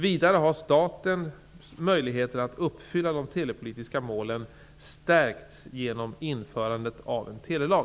Vidare har statens möjligheter att uppfylla de telepolitiska målen stärkts genom införandet av en telelag.